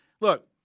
look